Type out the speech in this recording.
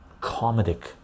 comedic